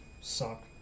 suck